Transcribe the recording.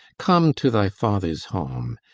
come to thy father's home,